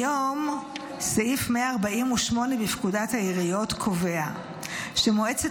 היום סעיף 148 בפקודת העיריות קובע שמועצת